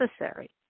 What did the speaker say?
necessary